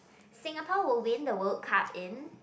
Singapore will win the World-Cup in